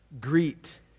Greet